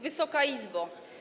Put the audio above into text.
Wysoka Izbo!